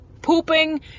Pooping